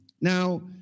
Now